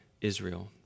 Israel